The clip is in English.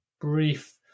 brief